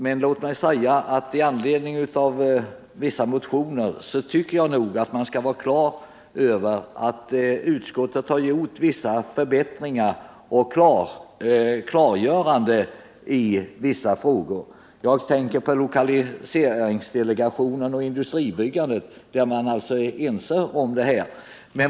Men i anledning av vissa motioner vill jag säga att jag tycker att man skall vara på det klara med att utskottet har gjort förbättringar och klargöranden i vissa frågor. Jag tänker på lokaliseringsdelegationen och industribyggandet — de frågorna är man alltså ense om.